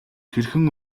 хэрхэн